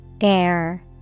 Air